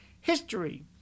history